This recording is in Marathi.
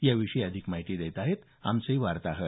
याविषयी अधिक माहिती देत आहेत आमचे वार्ताहर